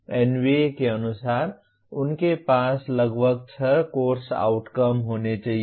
NBA के अनुसार उनके पास लगभग 6 कोर्स आउटकम्स होने चाहिए